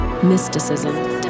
Mysticism